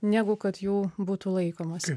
negu kad jų būtų laikomasi